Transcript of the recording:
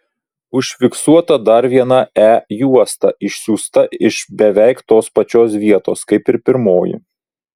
užfiksuota dar viena e juosta išsiųsta iš beveik tos pačios vietos kaip ir pirmoji